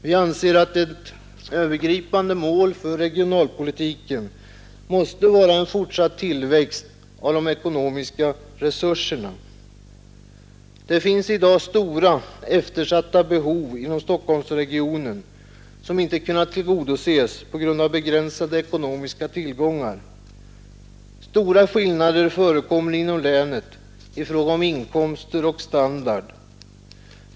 Vi anser att ett övergripande mål för regionalpolitiken måste vara en fortsatt tillväxt av de ekonomiska resurserna. Det finns i dag stora eftersatta behov inom Stockholmsregionen, som inte har kunnat tillgodoses på grund av begränsade ekonomiska tillgångar. Stora skillnader förekommer inom länet i fråga om inkomster och standard.